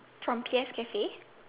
from K_S Coffee